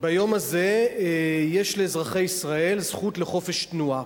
ביום הזה יש לאזרחי ישראל זכות לחופש תנועה.